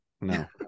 no